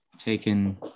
taken